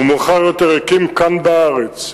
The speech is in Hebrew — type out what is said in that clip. ומאוחר יותר הקים כאן בארץ,